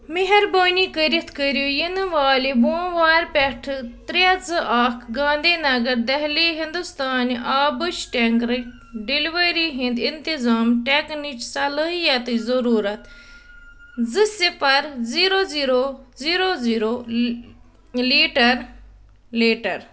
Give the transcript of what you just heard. مہربٲنی کٔرِتھ کٔرِو یِنہٕ والہِ بوموارِ پٮ۪ٹھٕ ترٛےٚ زٕ اکھ گاندھی نگر دہلی ہندوستانہِ آبٕچ ٹٮ۪نٛکرٕکۍ ڈیٚلؤری ہِنٛدۍ انتظام ٹٮ۪کنٕچ صلٲحیتٕچ ضٔروٗرت زٕ صِفر zero zero zero zero litre litre